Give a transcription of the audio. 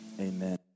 amen